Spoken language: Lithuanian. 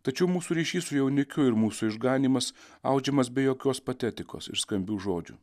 tačiau mūsų ryšys su jaunikiu ir mūsų išganymas audžiamas be jokios patetikos ir skambių žodžių